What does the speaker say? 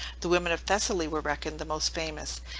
the women of thessaly were reckoned the most famous,